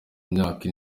myaka